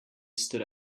stood